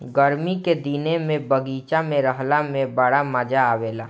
गरमी के दिने में बगीचा में रहला में बड़ा मजा आवेला